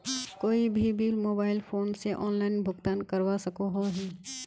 कोई भी bill mobile phone से ऑनलाइन भुगतान करवा सकोहो ही?